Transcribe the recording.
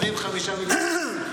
אז 25 מיליון לנושאים חברתיים.